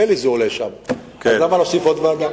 ממילא זה עולה שם, אז למה להוסיף עוד ועדה?